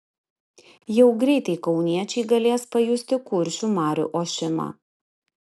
jau greitai kauniečiai galės pajusti kuršių marių ošimą